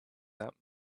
them